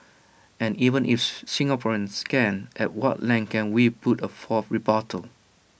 and even if Singaporeans can at what length can we put forth A rebuttal